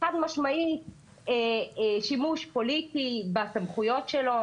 חד משמעית שימוש פוליטי בסמכויות שלו.